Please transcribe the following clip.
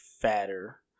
fatter